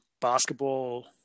basketball